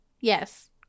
Yes